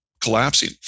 collapsing